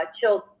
children